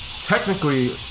Technically